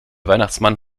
weihnachtsmann